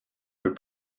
peut